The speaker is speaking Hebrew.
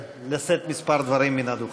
לשאת דברים מספר מן הדוכן.